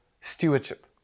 stewardship